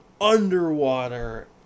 underwater